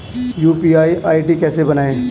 UPI ID कैसे बनाएं?